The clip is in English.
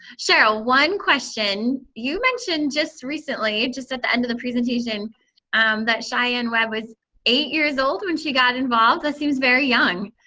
cheryl, one question. you mentioned just recently just at the end of the presentation um that sheyann webb was eight years old when she got involved. that seems very young.